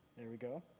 there we go.